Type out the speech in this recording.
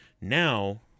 Now